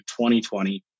2020